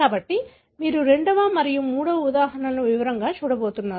కాబట్టి మీరు రెండవ మరియు మూడవ ఉదాహరణలను వివరంగా చూడబోతున్నారు